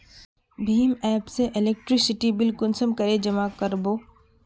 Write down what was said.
भीम app से electricity bill कुंसम करे जमा कर बो?